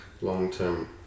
long-term